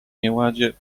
nieładzie